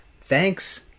thanks